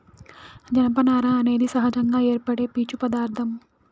జనపనార అనేది సహజంగా ఏర్పడే పీచు పదార్ధం